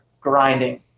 grinding